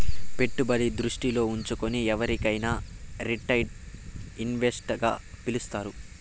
పెట్టుబడి దృష్టిలో ఉంచుకుని ఎవరినైనా రిటైల్ ఇన్వెస్టర్ గా పిలుస్తారు